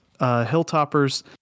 Hilltoppers